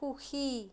সুখী